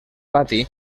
pati